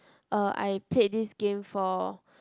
uh I played this game for